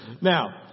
Now